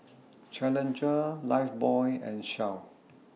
Challenger Lifebuoy and Shell